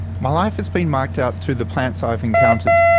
my life has been marked out through the plants i have encountered.